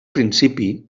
principi